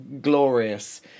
glorious